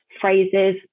phrases